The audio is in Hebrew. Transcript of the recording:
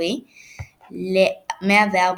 כמו במונדיאל בן 32 הנבחרות.